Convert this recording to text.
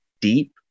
deep